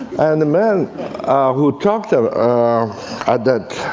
and the man who talked ah ah at that